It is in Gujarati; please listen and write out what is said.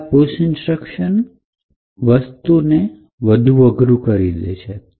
હવે આ પુશ ઇન્સ્ટ્રક્શન વસ્તુને વધારે અઘરી કરી દે છે